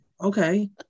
okay